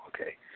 okay